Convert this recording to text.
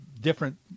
different